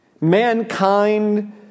mankind